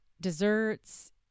desserts